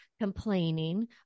complaining